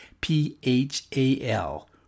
P-H-A-L